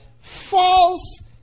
false